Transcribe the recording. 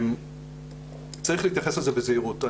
צריך להתייחס לזה בזהירות.